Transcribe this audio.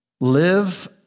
Live